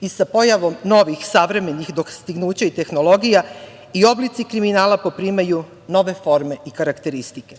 i sa pojavom novih savremenih dostignuća i tehnologija i oblici kriminala poprimaju nove forme i karakteristike.